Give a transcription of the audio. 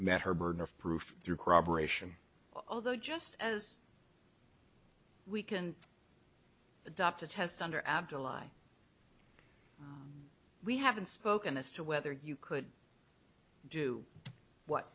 met her burden of proof through crabb aeration although just as we can adopt a test under abdulai we haven't spoken as to whether you could do what